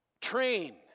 Train